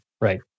Right